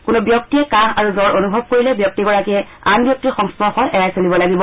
কোনো ব্যক্তিয়ে কাহ আৰু জুৰ অনুভৱ কৰিলে ব্যক্তিগৰাকীয়ে আন ব্যক্তিৰ সংস্পৰ্শ এৰাই চলিব লাগিব